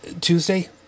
Tuesday